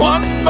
One